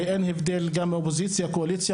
לא צריך להוסיף שקל,